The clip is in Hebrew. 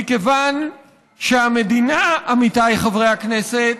מכיוון שהמדינה, עמיתיי חברי הכנסת,